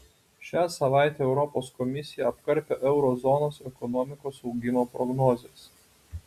šią savaitę europos komisija apkarpė euro zonos ekonomikos augimo prognozes